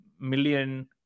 million